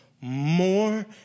more